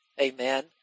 Amen